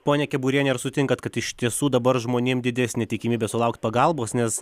ponia keburiene ar sutinkat kad iš tiesų dabar žmonėm didesnė tikimybė sulaukt pagalbos nes